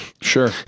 sure